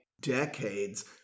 decades